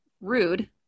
rude